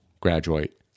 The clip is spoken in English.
Graduate